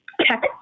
tech